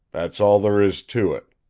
that's all there is to it.